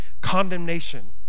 Condemnation